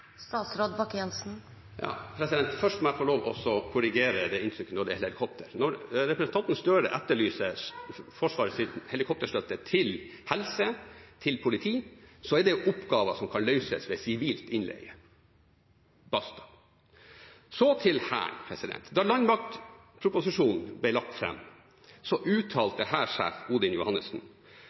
Først må jeg få lov til å korrigere inntrykket når det gjelder helikoptre: Representanten Gahr Støre etterlyser Forsvarets helikopterstøtte til helse og til politi, men dette er oppgaver som kan løses ved sivilt innleie. Basta! Så til Hæren: Da landmaktproposisjonen ble lagt fram, uttalte hærsjef Odin Johannessen: